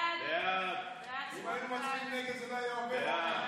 אנחנו מבקשים שתצביעו בעד.